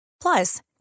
Plus